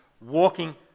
walking